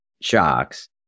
shocks